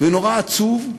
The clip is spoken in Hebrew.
ונורא עצוב,